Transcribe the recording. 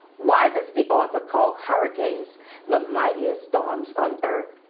why does the author call hurricanes the mightiest storms on earth?